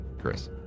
Chris